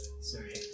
Sorry